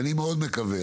אני מאוד מקווה,